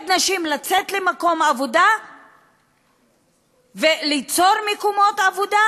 נשים לצאת למקום עבודה וליצור מקומות עבודה,